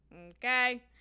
Okay